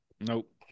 Nope